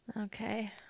Okay